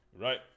Right